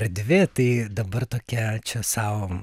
erdvė tai dabar tokia čia sau